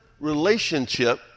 Relationship